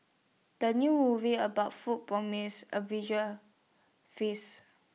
the new movie about food promises A visual feast